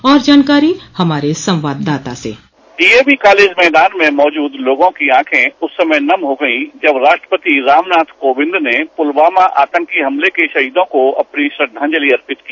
और जानकारी हमारे संवाददाता से डीएवी कॉलेज मैदान में मोजूद लोगों की आंखे उस समय नम हो गई जब राष्ट्रपति रामनाथ कोविंद ने पुलवामा आतंकी हमले के शहीदों को अपनी श्रद्वाजंलि अर्पित की